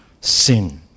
sin